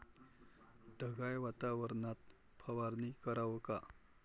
ढगाळ वातावरनात फवारनी कराव का?